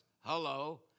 Hello